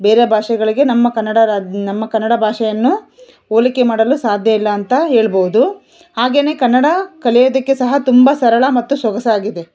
ಬೇರೆ ಭಾಷೆಗಳಿಗೆ ನಮ್ಮ ಕನ್ನಡ ರಾಜ್ಯ ನಮ್ಮ ಕನ್ನಡ ಭಾಷೆಯನ್ನು ಹೋಲಿಕೆ ಮಾಡಲು ಸಾಧ್ಯ ಇಲ್ಲ ಅಂತ ಹೇಳ್ಬೋದು ಹಾಗೆನೇ ಕನ್ನಡ ಕಲಿಯೋದಕ್ಕೆ ಸಹ ತುಂಬ ಸರಳ ಮತ್ತು ಸೊಗಸಾಗಿದೆ